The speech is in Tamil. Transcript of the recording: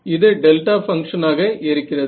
இது டெல்டா பங்க்ஷன் ஆக இருக்கிறது